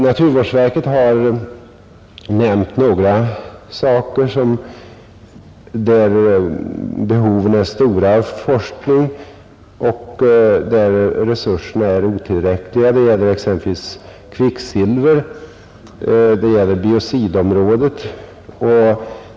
Naturvårdsverket har nämnt några avsnitt där behoven av forskning är stora och där resurserna är otillräckliga. Det gäller exempelvis kvicksilver. Det gäller biocidområdet.